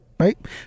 Right